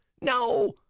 No